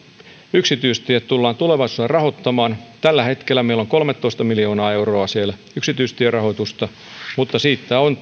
yksityistiet tullaan tulevaisuudessa rahoittamaan tällä hetkellä meillä on kolmetoista miljoonaa euroa siellä yksityistierahoitusta mutta siitä on